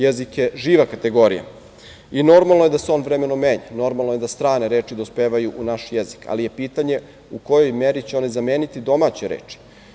Jezik je živa kategorija i normalno je da se on vremenom menja, normalno je da strane reči dospevaju u naš jezik, ali je pitanje u kojoj meri će one zameniti domaće reči.